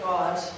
God